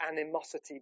animosity